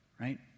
right